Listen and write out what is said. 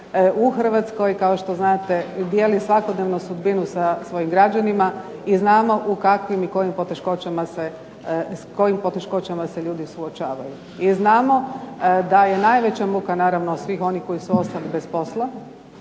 u Hrvatskoj, kao što znate i dijeli svakodnevno sudbinu sa svojim građanima i znamo u kakvim i s kojim poteškoćama se ljudi suočavaju. I znamo da je najveća muka naravno svih onih koji su ostali bez posla